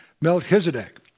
Melchizedek